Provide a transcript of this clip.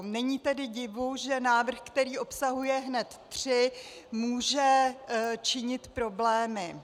Není tedy divu, že návrh, který obsahuje hned tři, může činit problémy.